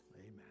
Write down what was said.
amen